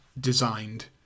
designed